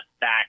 back